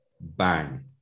bang